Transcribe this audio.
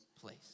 place